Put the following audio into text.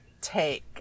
take